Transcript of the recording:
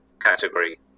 category